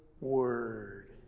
word